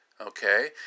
Okay